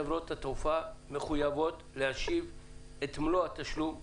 חברות התעופה מחויבות להשיב את מלוא התשלום ללקוח.